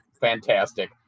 fantastic